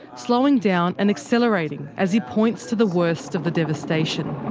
slowing down and accelerating as he points to the worst of the devastation.